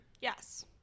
Yes